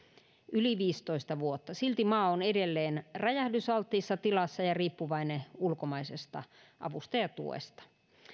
yli viisitoista vuotta silti maa on edelleen räjähdysalttiissa tilassa ja riippuvainen ulkomaisesta avusta ja tuesta